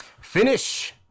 finish